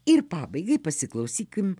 ir pabaigai pasiklausykim